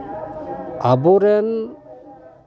ᱟᱹᱵᱚ ᱨᱮᱱ